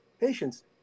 patients